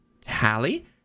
Tally